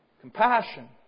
compassion